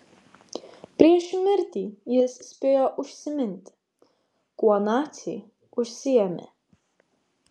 prieš mirtį jis spėjo užsiminti kuo naciai užsiėmė